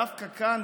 דווקא כאן,